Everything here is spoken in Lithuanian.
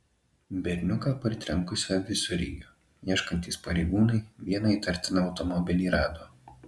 berniuką partrenkusio visureigio ieškantys pareigūnai vieną įtartiną automobilį rado